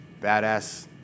badass